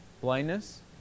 Blindness